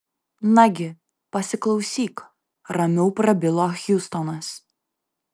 nagi pasiklausyk ramiau prabilo hjustonas